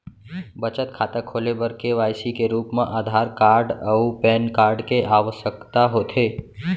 बचत खाता खोले बर के.वाइ.सी के रूप मा आधार कार्ड अऊ पैन कार्ड के आवसकता होथे